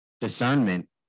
discernment